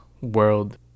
world